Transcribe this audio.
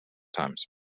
times